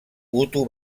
hutu